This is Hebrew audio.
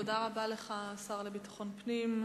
תודה רבה לך, השר לביטחון פנים.